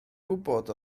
gwybod